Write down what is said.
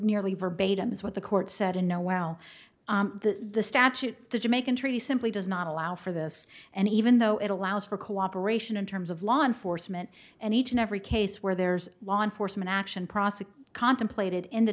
nearly verbatim what the court said and no well the statute the jamaican treaty simply does not allow for this and even though it allows for cooperation in terms of law enforcement and each and every case where there's law enforcement action process contemplated in